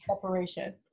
separation